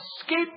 escape